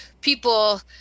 people